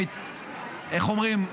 איך אומרים?